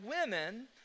women